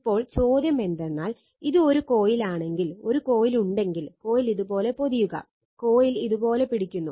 ഇപ്പോൾ ചോദ്യം എന്തെന്നാൽ ഇത് ഒരു കോയിൽ ആണെങ്കിൽ ഒരു കോയിൽ ഉണ്ടെങ്കിൽ കോയിൽ ഇതുപോലെ പൊതിയുക കോയിൽ ഇതുപോലെ പിടിക്കുന്നു